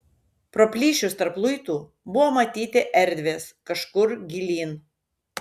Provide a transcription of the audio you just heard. pro plyšius tarp luitų buvo matyti erdvės kažkur gilyn